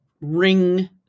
ring